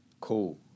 cool